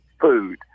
food